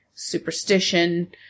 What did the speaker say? Superstition